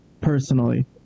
personally